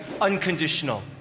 unconditional